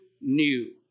new